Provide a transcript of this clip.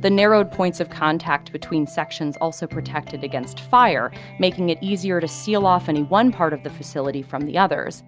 the narrowed points of contact between sections also protected against fire, making it easier to seal off any one part of the facility from the others